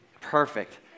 Perfect